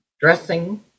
dressing